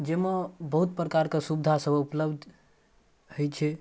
जाहिमे बहुत प्रकारके सुविधासब उपलब्ध होइ छै